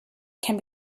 can